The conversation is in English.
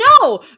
no